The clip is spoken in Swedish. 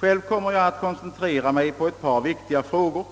Själv kommer jag att koncentrera mig till ett par viktiga frågor.